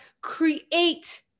create